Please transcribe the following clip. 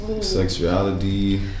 sexuality